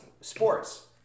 sports